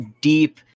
deep